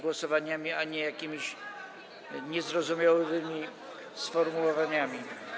głosowaniami, a nie jakimiś niezrozumiałymi sformułowaniami.